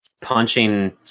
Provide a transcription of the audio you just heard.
punching